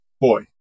boy